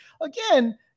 again